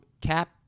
Cap